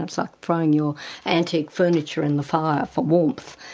um so throwing your antique furniture in the fire for warmth.